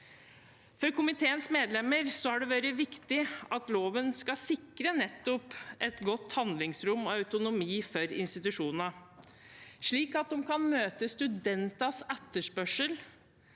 For komiteens medlemmer har det vært viktig at loven skal sikre nettopp et godt handlingsrom og autonomi for institusjonene, slik at de kan møte studentenes etterspørsel